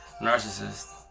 narcissist